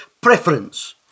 preference